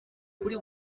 kuri